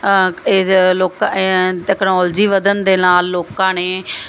technology ਵਧਣ ਦੇ ਨਾਲ ਲੋਕਾਂ ਨੇ